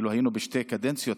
היינו שתי קדנציות,